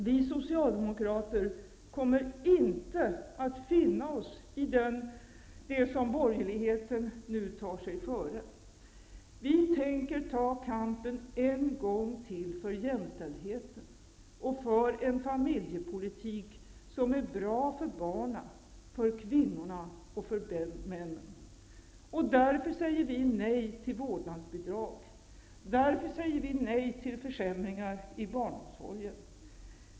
Vi socialdemokrater kommer inte att finna oss i det som borgerligheten nu tar sig före. Vi tänker ta kampen en gång till för jämställdheten och för en familjepolitik som är bra för barnen, för kvinnorna och för männen. Därför säger vi nej till vårdnadsbidrag. Därför säger vi nej till försämringar i barnomsorgen.